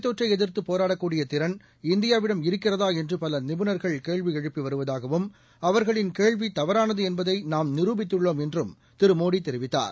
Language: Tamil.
தொற்றைஎதிர்த்துபோராடக்கூடியதிறன் இந்தியாவிடம் இருக்கிறதாஎன்றுபலநிபுணர்கள் நோய்த் கேள்விஎழுப்பிவருவதாகவும் அவர்களின் கேள்விதவறானதுஎன்பதைநாம் நிரூபித்துள்ளோம் என்றும் திரு மோடிதெரிவித்தார்